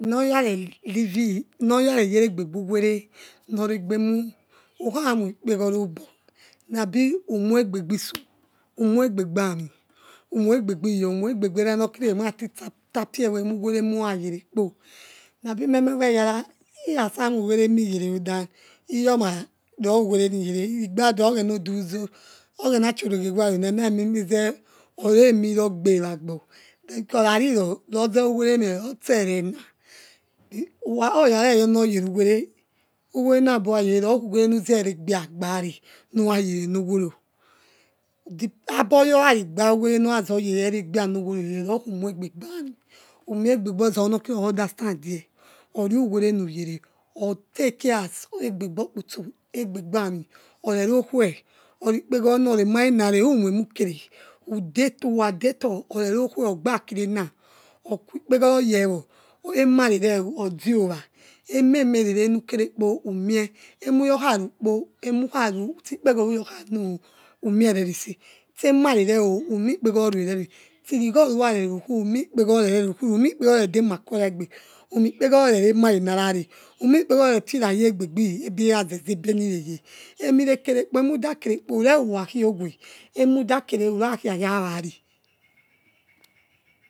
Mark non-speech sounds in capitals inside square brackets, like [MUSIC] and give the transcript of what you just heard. Nor oyare livei noryare yaregbebu were nor egbemu ukhamoik peghoro obo nabi umoiebebiso uwengbe beghi umoi ege bi iyor umoigbebi erah nor kira emati ta fiowo uwerenuraye rekpo nabimemowo eyara irasa moi uwere niyereo than iyona rowenine igbatua oghenodu ogenachiorege yarona nare mie meze or remirogbe wagbor rariro roze nwereme ose erena [HESITATION] oya okha reyonor yerenoworo di aboyorari gba uwere aregbiya re norozoye reneni oworo rokhi nwegbe bi ami umiegbe bi ozawo noki rakhio understand ie orurweren iyera otakeie as egbebiokpotso egbebiami orero khwo orikpogorona oremareni re umoiku kere udetor ukhadetor ogba akirena okuwi kpeghoro yewo emarere o odiowa ememere re nu ke rekpo umie emuyor kharukpo emu ogoro ruyokhano emuyokharukpo emukharu sti pegu roru yor khano umierereze ste mara reo umikpegorue rere irigho ruka rero kuo umikpeghoro reroku umikp ghoro redema kiyora egbe umikpegoro rerema narare umikkeghoro refira yiobebi eraze zeba nireye emire kere kpo emí redakere kpo ure uka khiowe hemudakere rakia ra wa ri.